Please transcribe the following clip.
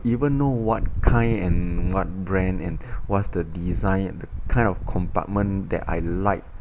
even know what kind and what brand and what's the design and the kind of compartment that I like